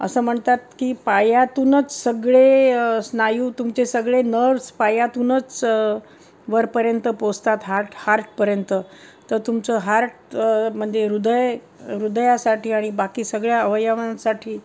असं म्हणतात की पायातूनच सगळे स्नायू तुमचे सगळे नर्वस पायातूनच वरपर्यंत पोचतात हार्ट हार्टपर्यंत तर तुमचं हार्ट म्हणजे हृदय हृदयासाठी आणि बाकी सगळ्या अवयवांसाठी